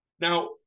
now